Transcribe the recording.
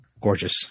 gorgeous